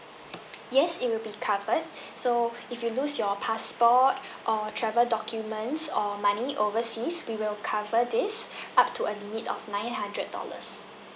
yes it will be covered so if you lose your passport or travel documents or money overseas we will cover this up to a limit of nine hundred dollars